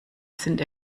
sind